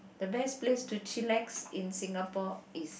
the best place to chillax in Singapore is